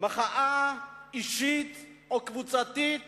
מחאה אישית או קבוצתית